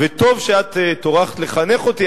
וטוב שאת טורחת לחנך אותי.